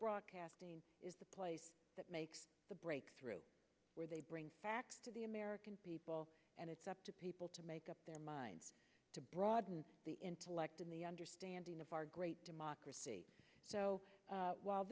broadcasting is the place that makes the breakthrough where they bring facts to the american people and it's up to people to make up their minds to broaden the intellect in the understanding of our great democracy so while